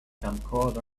camcorder